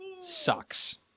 sucks